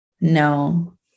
No